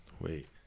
wait